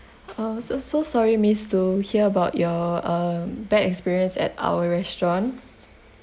oh so so sorry miss to hear about your um bad experience at our restaurant